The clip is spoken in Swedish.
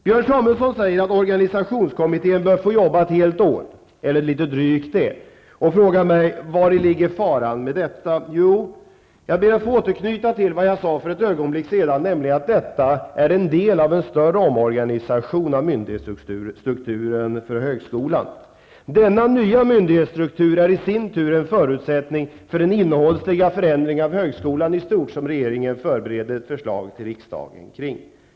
Björn Samuelson säger att organisationskommittén bör få arbeta ett helt år eller litet drygt det. Han frågar mig vari faran ligger med detta. Jag ber att få återknyta till vad jag sade för ett ögonblick sedan, nämligen att detta är en del av en större omorganisation av myndighetsstrukturen för högskolan. Denna nya myndighetsstruktur är i sin tur en förutsättning för den innehållsliga förändring av högskolan i stort som regeringen förbereder ett förslag till riksdagen kring.